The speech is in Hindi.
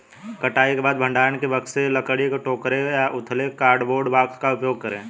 कटाई के बाद भंडारण के लिए बक्से, लकड़ी के टोकरे या उथले कार्डबोर्ड बॉक्स का उपयोग करे